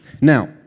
Now